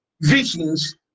visions